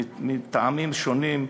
מטעמים שונים,